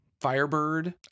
Firebird